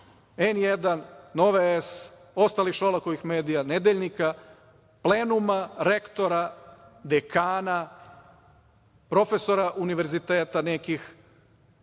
N1, Nova S, ostalih Šolakovih medija, „Nedeljnika“, plenuma, rektora, dekana, profesora univerziteta nekih